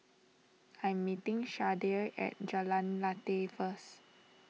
I'm meeting Shardae at Jalan Lateh first